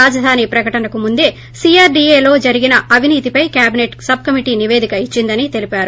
రాజధాని ప్రకటనకు ముందే సీఆర్గ్ఏలో జరిగిన అవినీతిపై కేబినెట్ సబ్కమిటీ నివేదిక ఇచ్చిందని తెలిపారు